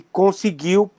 conseguiu